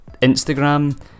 Instagram